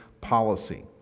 policy